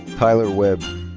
tyler webb.